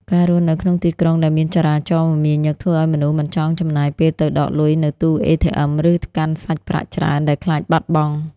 ការរស់នៅក្នុងទីក្រុងដែលមានចរាចរណ៍មមាញឹក ធ្វើឱ្យមនុស្សមិនចង់ចំណាយពេលទៅដកលុយនៅទូ ATM ឬកាន់សាច់ប្រាក់ច្រើនដែលខ្លាចបាត់បង់។